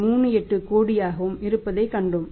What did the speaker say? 38 கோடியாகவும் இருப்பதைக் கண்டோம்